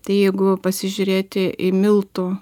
tai jeigu pasižiūrėti į miltų